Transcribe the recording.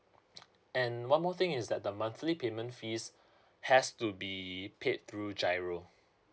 and one more thing is that the monthly payment fees has to be paid through giro